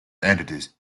entities